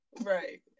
Right